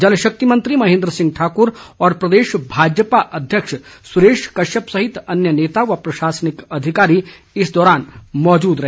जलशक्ति मंत्री महेन्द्र सिंह ठाकुर और प्रदेश भाजपा अध्यक्ष सुरेश कश्यप सहित अन्य नेता व प्रशासनिक अधिकारी इस दौरान मौजूद रहे